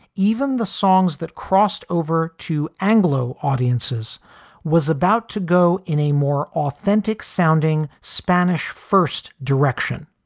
even the songs that crossed over to anglo audiences was about to go in a more authentic sounding spanish first direction.